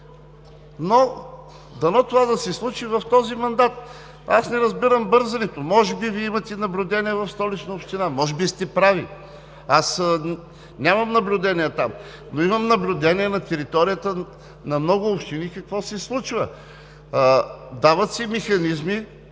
но дано да се случи в този мандат. Аз не разбирам бързането. Може би Вие имате наблюдение в Столична община, може би сте прави. Аз нямам наблюдение там, но имам наблюдение какво се случва на територията на много общини. Дават се механизми